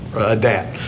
adapt